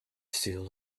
still